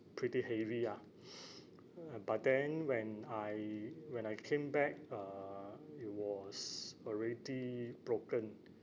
pretty heavy ah uh but then when I when I came back uh it was already broken